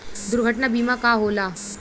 दुर्घटना बीमा का होला?